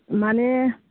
मानि